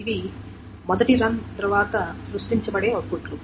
ఇవి మొదటి రన్ తర్వాత సృష్టించబడే అవుట్పుట్లు